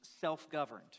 self-governed